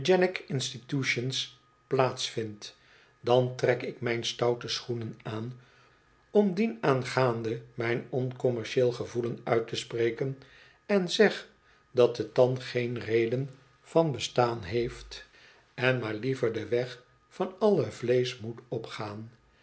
dan trek ik mijn stoute schoenen aan om dienaangaande mijn oncommercieel gevoelen uit te spreken en zeg dat het dan geen reden van bestaan heeft en maar liever den wog van alle vleesch moet opgaan